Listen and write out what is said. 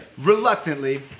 Reluctantly